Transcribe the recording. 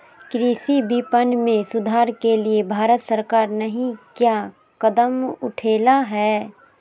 कृषि विपणन में सुधार के लिए भारत सरकार नहीं क्या कदम उठैले हैय?